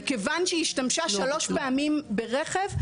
מכיוון שהשתמשה שלוש פעמים ברכב,